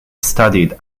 studied